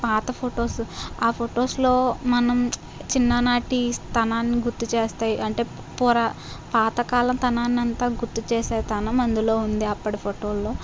పాత ఫొటోస్ ఆ ఫొటోస్లో మనం చిన్ననాటి స్థానాన్ని గుర్తుచేస్తాయి అంటే పోరా పాతకాలం తనాన్నంతా గుర్తు చేసే తనం అందులో ఉంది అప్పటి ఫోటోల్లో